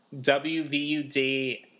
WVUD